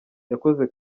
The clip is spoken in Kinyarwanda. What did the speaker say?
yakoze